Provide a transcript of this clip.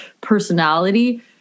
personality